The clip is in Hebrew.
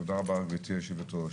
תודה רבה גברתי היושבת ראש,